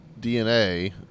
DNA